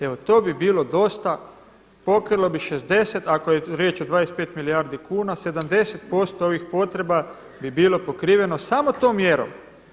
Evo to bi bilo dosta pokrilo bi 60 ako je riječ o 25 milijardi kuna 70% ovih potreba bi bilo pokriveno samo tom mjerom.